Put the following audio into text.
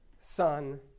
Son